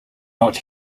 not